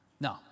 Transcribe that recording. No